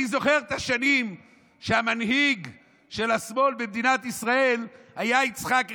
אני זוכר את השנים שהמנהיג של השמאל במדינת ישראל היה יצחק רבין.